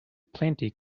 plenty